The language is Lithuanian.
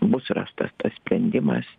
bus rastas tas sprendimas